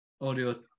audio